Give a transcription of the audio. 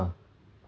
so